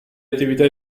attività